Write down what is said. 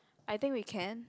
I think we can